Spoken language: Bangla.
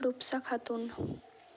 রূপসা খাতুন